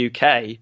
UK